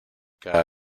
cada